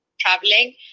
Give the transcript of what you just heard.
traveling